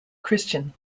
christian